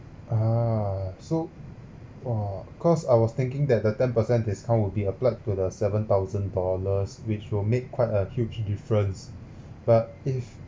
ah so !wah! cause I was thinking that the ten percent discount will be applied to the seven thousand dollars which will make quite a huge difference but if